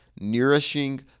nourishing